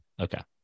Okay